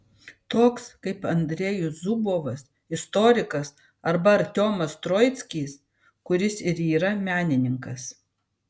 toks kaip andrejus zubovas istorikas arba artiomas troickis kuris ir yra menininkas